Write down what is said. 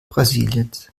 brasiliens